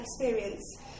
experience